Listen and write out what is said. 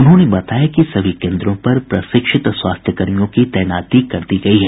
उन्होंने बताया कि सभी केन्द्रों पर प्रशिक्षित स्वास्थ्य कर्मियों की तैनाती कर दी गयी है